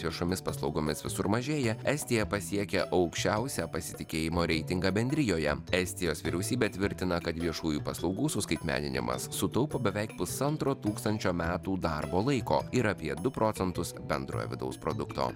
viešomis paslaugomis visur mažėja estija pasiekė aukščiausią pasitikėjimo reitingą bendrijoje estijos vyriausybė tvirtina kad viešųjų paslaugų skaitmeninimas sutaupo beveik pusantro tūkstančio metų darbo laiko ir apie du procentus bendrojo vidaus produkto